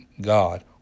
God